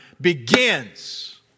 begins